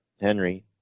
Henry